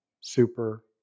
super